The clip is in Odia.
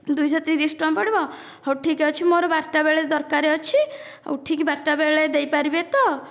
ଦୁଇ ଶହ ତିରିଶ ଟଙ୍କା ପଡ଼ିବ ହେଉ ଠିକ ଅଛି ମୋର ବାରଟା ବେଳେ ଦରକାର ଅଛି ଆଉ ଠିକ ବାରଟା ବେଳେ ଦେଇପାରିବେ ତ